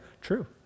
True